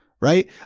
Right